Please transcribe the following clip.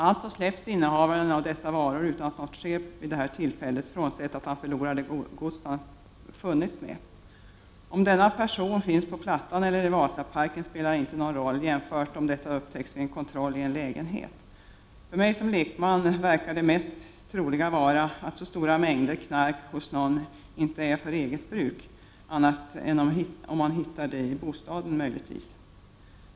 Alltså släpps innehavaren av dessa varor utan att något sker vid detta tillfälle, bortsett från att han förlorar det gods som han påträffats med. Om denna person finns på ”plattan” eller i Vasaparken spelar inte någon roll — detta då jämfört med om det upptäcks vid en kontroll i en lägenhet. För mig som lekman verkar det vara mest troligt att en stor mängd knark som påträffas hos en person inte är avsett för eget bruk, möjligtvis bortsett från om man hittar knarket i bostaden.